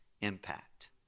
impact